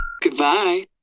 Goodbye